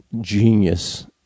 genius